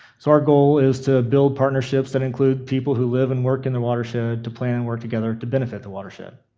so, our goal is to build partnerships that include people who live and work in the watershed to plan and work together to benefit the watershed.